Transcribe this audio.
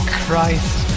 christ